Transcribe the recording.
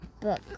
book